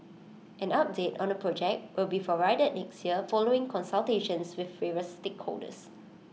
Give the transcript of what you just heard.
an update on the project will be provided next year following consultations with favours stakeholders